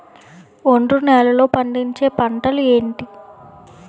ఒండ్రు నేలలో పండించే పంటలు ఏంటి?